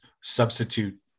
substitute